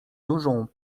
dużą